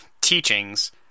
teachings